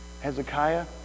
Hezekiah